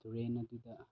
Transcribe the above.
ꯇꯨꯔꯦꯜ ꯑꯗꯨꯗ